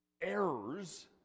errors